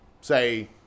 say